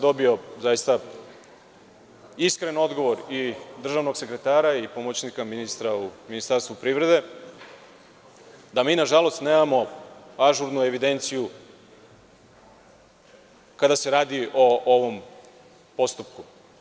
Dobio sam zaista iskren odgovor državnog sekretara i pomoćnika ministra u Ministarstvu privrede da mi nažalost nemamo ažurnu evidenciju kada se radi o ovom postupku.